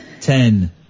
ten